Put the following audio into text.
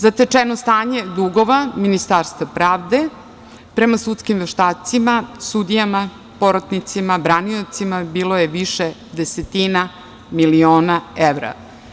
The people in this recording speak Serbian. Zatečeno stanje dugova Ministarstva pravde prema sudskim veštacima, sudijama, porotnicima, braniocima bilo je više desetina miliona evra.